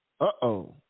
uh-oh